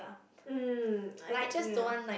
mm I get ya